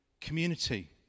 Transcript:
community